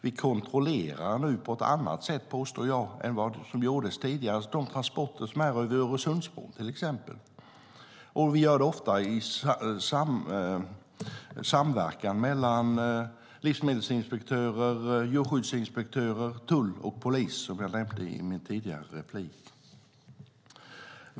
Vi kontrollerar nu på ett annat sätt än tidigare, påstår jag, till exempel de transporter som går via Öresundsbron. Vi gör det ofta i samverkan mellan livsmedelsinspektörer, djurskyddsinspektörer, tull och polis, vilket jag nämnde i mitt tidigare inlägg.